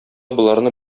боларны